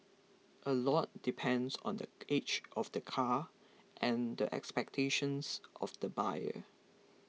a lot depends on the age of the car and the expectations of the buyer